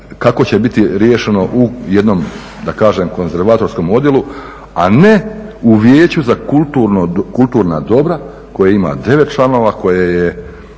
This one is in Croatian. kako će biti riješeno u jednom Konzervatorskom odjelu, a ne u Vijeću za kulturna dobra koje ima 9 članova koje je